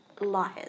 liars